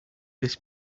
this